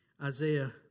Isaiah